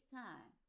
time